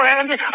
Andy